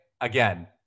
again